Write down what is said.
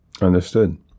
Understood